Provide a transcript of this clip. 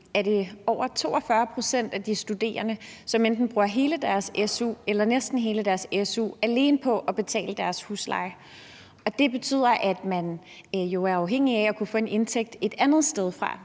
ikke over 42 pct. af de studerende, som enten bruger hele deres su eller næsten hele deres su alene på at betale deres husleje? Det betyder, at man jo er afhængig af at kunne få en indtægt et andet sted fra.